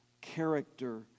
character